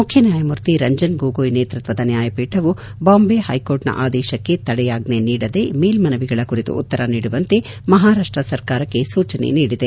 ಮುಖ್ಯ ನ್ಯಾಯಮೂರ್ತಿ ರಂಜನ್ ಗೊಗೋಯ್ ನೇತೃತ್ವದ ನ್ಯಾಯಪೀಠವು ಬಾಂಬೆ ಹೈಕೋರ್ಟ್ನ ಆದೇಶಕ್ಷೆ ತಡೆಯಾಜ್ಞೆ ನೀಡದೆ ಮೇಲ್ಲನವಿಗಳ ಕುರಿತು ಉತ್ತರ ನೀಡುವಂತೆ ಮಹಾರಾಷ್ಟ ಸರ್ಕಾರಕ್ಷೆ ಸೂಚನೆ ನೀಡಿದೆ